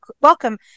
welcome